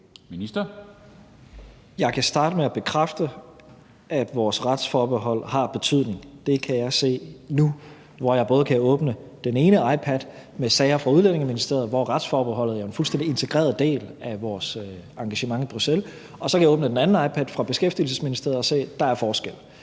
Jeg kan starte med at bekræfte, at vores retsforbehold har betydning. Det kan jeg se nu, hvor jeg både kan åbne den ene iPad med sager fra Udlændinge- og Integrationsministeriet, hvor retsforbeholdet er en fuldstændig integreret del af vores engagement i Bruxelles, og så kan jeg åbne den anden iPad fra Beskæftigelsesministeriet og se, at der er forskel.